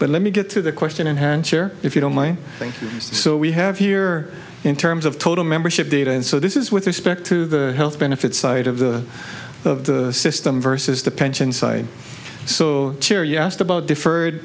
but let me get to the question inherent here if you don't mind so we have here in terms of total membership data and so this is with respect to the health benefit side of the system versus the pension side so cheer you asked about deferred